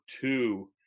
two